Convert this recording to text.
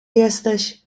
jesteś